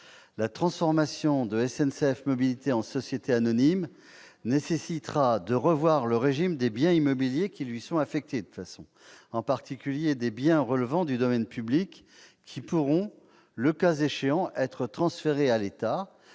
La transformation de SNCF Mobilités en société anonyme nécessitera de revoir le régime des biens immobiliers qui lui sont affectés, en particulier des biens relevant du domaine public, qui pourront, le cas échéant, être transférés à l'État.